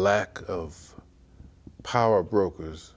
lack of power brokers